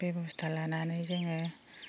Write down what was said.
बेबस्था लानानै जोङो